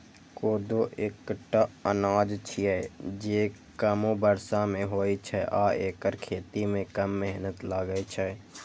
कोदो एकटा अनाज छियै, जे कमो बर्षा मे होइ छै आ एकर खेती मे कम मेहनत लागै छै